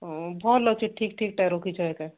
ହଉ ଭଲ୍ ଅଛି ଠିକ୍ ଠିକ୍ଟା ରଖିଛ ଏକା